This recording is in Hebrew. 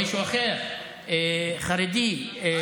מישהו אחר, חרדי.